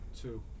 Two